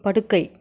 படுக்கை